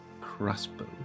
Crossbow